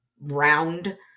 round